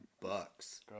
Bucks